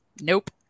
nope